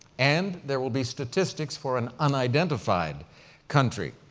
and there will be statistics for an unidentified country.